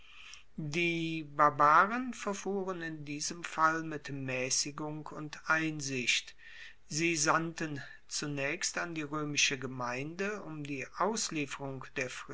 die barbaren verfuhren in diesem fall mit maessigung und einsicht sie sandten zunaechst an die roemische gemeinde um die auslieferung der